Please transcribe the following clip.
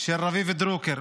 של רביב דרוקר.